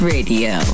Radio